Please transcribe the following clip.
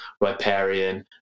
riparian